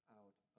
out